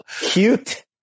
cute